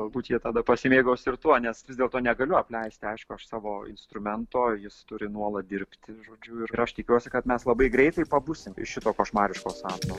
galbūt jie tada pasimėgaus ir tuo nes vis dėlto negaliu apleisti aišku aš savo instrumento jis turi nuolat dirbti žodžiu ir aš tikiuosi kad mes labai greitai pabusim iš šito košmariško sapno